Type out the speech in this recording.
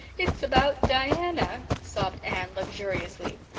it's about diana, sobbed anne luxuriously.